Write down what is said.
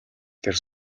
дээр